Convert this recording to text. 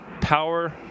power